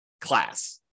class